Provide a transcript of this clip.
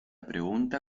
pregunta